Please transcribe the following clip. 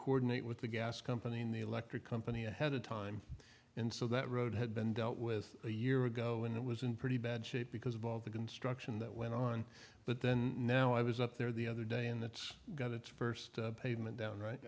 coordinate with the gas company in the electric company ahead of time and so that road had been dealt with a year ago and it was in pretty bad shape because of all the construction that went on but then now i was up there the other day and that's got its first pavement down right